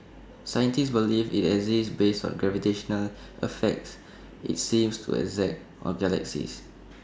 scientists believe IT exists based on gravitational effects IT seems to exert on galaxies